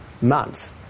month